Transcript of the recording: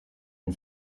den